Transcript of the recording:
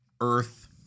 earth